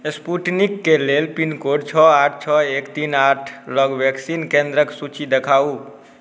Sputnik केेँ लेल pin code क छओ आठ छओ एक तीन आठ लग वैक्सीन केंद्रक सूची देखाउ